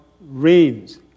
reigns